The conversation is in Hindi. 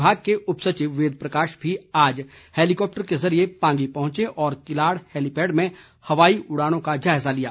विभाग के उप सचिव वेद प्रकाश भी आज हैलीकॉप्टर के जरिए पांगी पहुंचे और किलाड़ हैलीपैड में हवाई उड़ानों का जायजा लिया